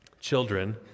Children